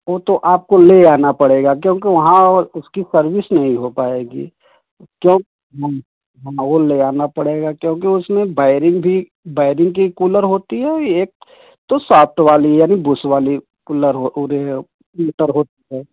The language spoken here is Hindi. वह तो आपको ले आना पड़ेगा क्योंकि वहाँ उसकी सर्विस नहीं हो पाएगी क्यों वो ले आना पड़ेगा क्योंकि उसमे बैरिंग भी बैरिंग की कूलर होती है और एक तो सॉफ्ट वाली यानी बुश वाली कूलर अरे मोटर होती है